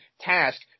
task